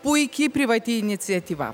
puiki privati iniciatyva